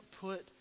put